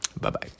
Bye-bye